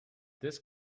this